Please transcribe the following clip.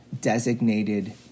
designated